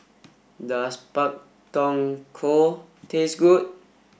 does Pak Thong Ko taste good